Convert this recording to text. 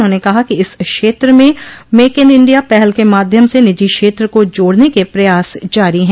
उन्होंने कहा कि इस क्षेत्र में मेक इन इंडिया पहल क माध्यम से निजी क्षेत्र को जोड़ने के प्रयास जारी हैं